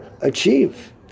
achieve